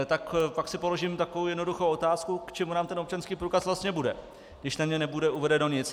Tak pak si položím takovou jednoduchou otázku, k čemu nám ten občanský průkaz vlastně bude, když na něm nebude uvedeno nic.